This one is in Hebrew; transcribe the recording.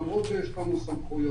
למרות שיש לנו סמכויות,